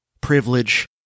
privilege